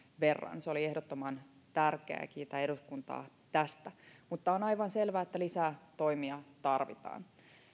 verran se oli ehdottoman tärkeää ja kiitän eduskuntaa tästä mutta on aivan selvää että lisää toimia tarvitaan